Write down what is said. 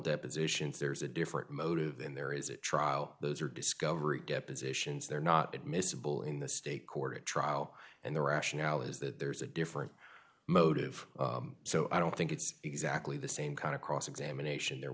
depositions there's a different motive than there is a trial those are discovery depositions they're not admissible in the state court trial and the rationale is that there's a different motive so i don't think it's exactly the same kind of cross examination there